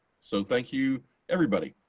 so thank you everybody.